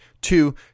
Two